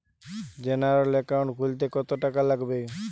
General account খুলতে কত টাকা লাগবে?